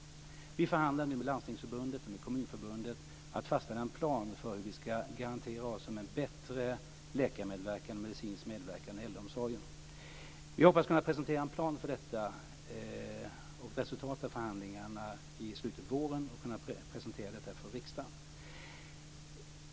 Vi förhandlar nu med Landstingsförbundet och Kommunförbundet för att fastställa en plan för hur vi ska garantera oss om en bättre läkarmedverkan och medicinsk medverkan i äldreomsorgen. Vi hoppas kunna presentera en plan för detta och resultat av förhandlingarna i slutet av våren och då kunna presentera detta för riksdagen.